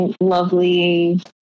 lovely